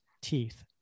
teeth